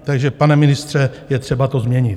Takže pane ministře, je třeba to změnit.